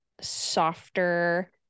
softer